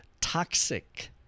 toxic